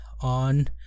on